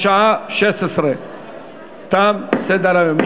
בשעה 16:00. תם סדר-היום.